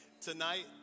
tonight